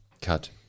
cut